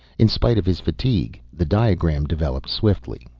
in spite of his fatigue the diagram developed swiftly.